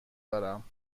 دارم